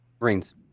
Marines